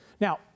Now